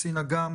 קצין אג"ם